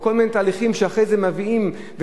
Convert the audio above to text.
או כל מיני תהליכים שאחרי זה מביאים לכך,